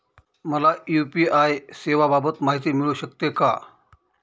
मला यू.पी.आय सेवांबाबत माहिती मिळू शकते का?